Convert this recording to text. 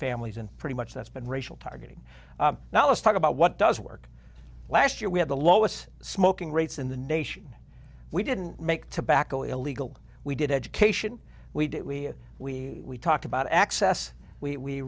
families and pretty much that's been racial targeting now let's talk about what does work last year we had the lowest smoking rates in the nation we didn't make tobacco illegal we did education we did we we we talked about access we